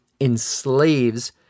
enslaves